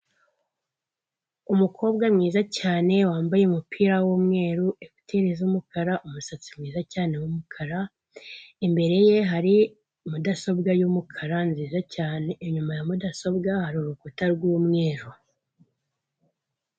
Umukobwa mwiza cyane wambaye umupira w'umweru, ekuteri z'umukara, umusatsi mwiza cyane w'umukara, imbere ye hari mudasobwa y'umukara nziza cyane, inyuma ya mudasobwa hari urukuta rw'umweru.